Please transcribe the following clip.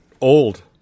old